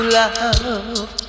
love